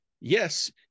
yes